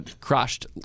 crushed